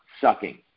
sucking